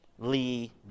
Lee